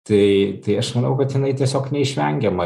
tai tai aš manau kad jinai tiesiog neišvengiama